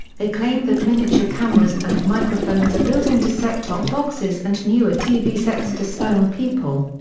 they claim that miniature cameras and microphones are built into set-top boxes and newer tv sets to spy on people.